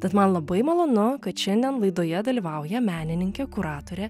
tad man labai malonu kad šiandien laidoje dalyvauja menininkė kuratorė